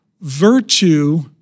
Virtue